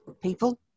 people